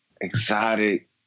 Exotic